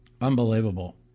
Unbelievable